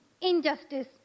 injustice